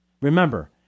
Remember